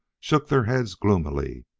shook their heads gloomily,